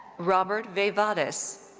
robert vaivodiss.